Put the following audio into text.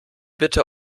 bitte